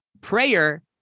prayer